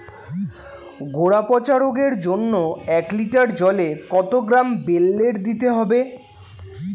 গোড়া পচা রোগের জন্য এক লিটার জলে কত গ্রাম বেল্লের দিতে হবে?